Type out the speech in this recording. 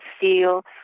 feel